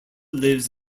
lives